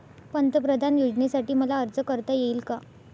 पंतप्रधान योजनेसाठी मला अर्ज करता येईल का?